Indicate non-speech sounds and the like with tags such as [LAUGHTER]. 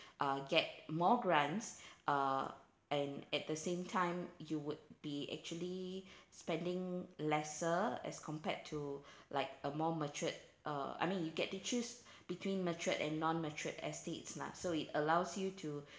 uh get more grants [BREATH] uh and at the same time you would be actually [BREATH] spending lesser as compared to [BREATH] like a more matured uh I mean you get to choose [BREATH] between matured and non-matured estates lah so it allows you to